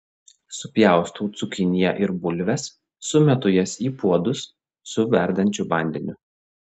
supjaustau cukiniją ir bulves sumetu jas į puodus su verdančiu vandeniu